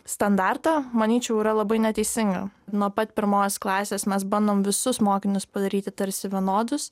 standartą manyčiau yra labai neteisinga nuo pat pirmos klasės mes bandom visus mokinius padaryti tarsi vienodus